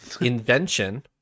Invention